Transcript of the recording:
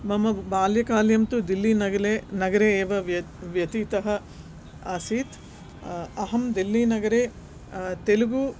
मम बाल्यकालं तु दिल्ली नगरे नगरे एव व्यत् व्यतीतः असीत् अहं दिल्ली नगरे तेलुगु